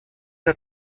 der